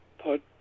put